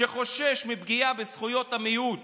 שחושש מפגיעה בזכויות המיעוט